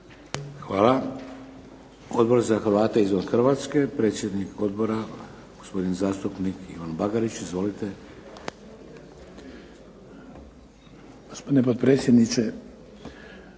Hvala. Odbor za Hrvate izvan Hrvatske, predsjednik Odbora gospodin zastupnik Ivan Bagarić. Izvolite.